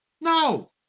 No